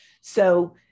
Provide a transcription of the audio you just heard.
So-